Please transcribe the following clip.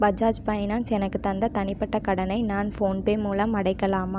Bajaj finance எனக்குத் தந்த தனிப்பட்ட கடனை நான் ஃபோன்பே மூலம் அடைக்கலாமா